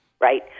right